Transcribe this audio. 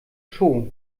show